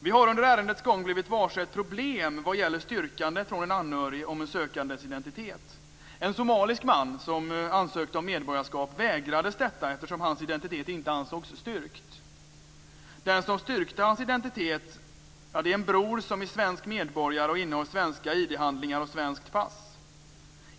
Vi har under ärendets gång blivit varse ett problem vad gäller styrkande från en anhörig om en sökandes identitet. En somalisk man som ansökt om medborgarskap vägrades detta eftersom hans identitet inte ansågs styrkt. Den som styrkte hans identitet är en bror som är svensk medborgare och innehar svenska ID-handlingar och svenskt pass.